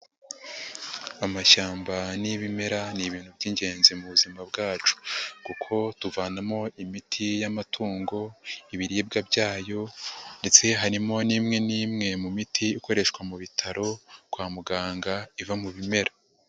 Amashyamba n'ibimera ni ibintu by'ingenzi mu buzima bwacu kuko tuvanamo imiti y'amatungo, ibiribwa byayo ndetse harimo n'imwe n'imwe mu miti ikoreshwa mu bitaro kwa muganga iva mu bimera.